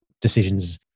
decisions